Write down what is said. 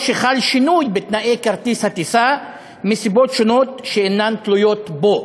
או שחל שינוי בתנאי כרטיס הטיסה מסיבות שונות שאינן תלויות בו,